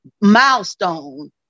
milestone